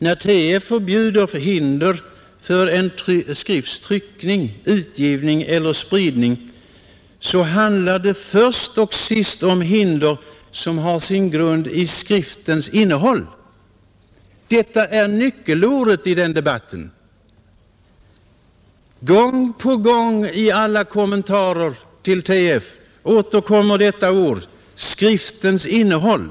När TF förbjuder hinder för en skrifts tryckning, utgivning eller spridning handlar det först och sist om hinder, som har sin grund i skriftens innehåll. Detta är nyckelordet i den debatten. Gång på gång i alla kommentarer till TF återkommer begreppet ”skriftens innehåll”.